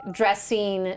dressing